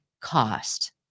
cost